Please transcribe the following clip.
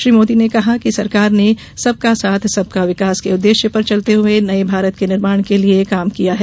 श्री मोदी ने कहा कि सरकार ने सबका साथ सबका विकास के उद्वेश्य पर चलते हुए नये भारत के निर्माण के लिये काम किया है